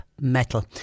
metal